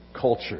culture